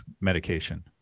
medication